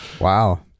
Wow